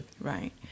right